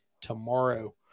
tomorrow